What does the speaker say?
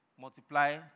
multiply